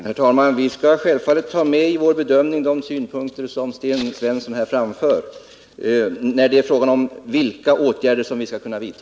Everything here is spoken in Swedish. Herr talman! Vi skall självfallet i vår bedömning av vilka åtgärder som vi skall kunna vidta väga in de synpunkter som Sten Svensson här har framfört.